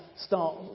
start